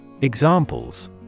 Examples